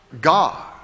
God